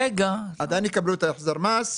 עדיין הם יקבלו את החזרי המס,